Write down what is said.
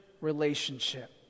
relationship